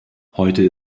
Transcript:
heute